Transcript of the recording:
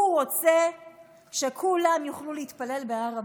הוא רוצה שכולם יוכלו להתפלל בהר הבית.